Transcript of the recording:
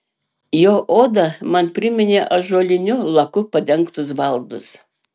jo oda man priminė ąžuoliniu laku padengtus baldus